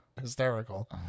hysterical